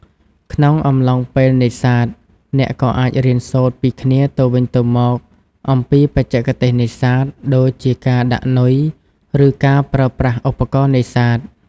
ក្នុងអំឡុងពេលនេសាទ អ្នកក៏អាចរៀនសូត្រពីគ្នាទៅវិញទៅមកអំពីបច្ចេកទេសនេសាទ ដូចជាការដាក់នុយឬការប្រើប្រាស់ឧបករណ៍នេសាទ។